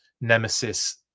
Nemesis